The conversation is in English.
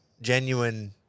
genuine